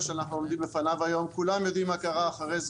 כמו שהם עשו "מותאמת אישית", יעשו מוניות שירות.